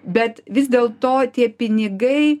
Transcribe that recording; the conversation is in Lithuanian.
bet vis dėl to tie pinigai